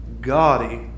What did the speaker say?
gaudy